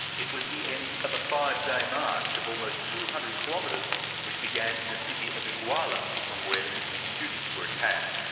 it was the end of a five-day march of almost two hundred kilometres which began in the city of iguala from where the missing students were attacked.